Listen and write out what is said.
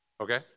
okay